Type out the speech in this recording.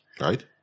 Right